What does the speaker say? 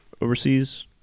overseas